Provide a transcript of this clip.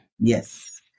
Yes